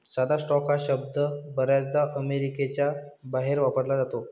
साधा स्टॉक हा शब्द बर्याचदा अमेरिकेच्या बाहेर वापरला जातो